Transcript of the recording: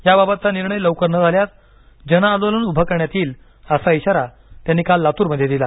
याबाबतचा निर्णय लवकर न झाल्यास जनआंदोलन उभं करण्यात येईल असा इशारा त्यांनी काल लातूरमध्ये दिला